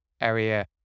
area